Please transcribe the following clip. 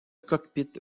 cockpit